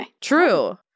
True